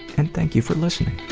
and thank you for listening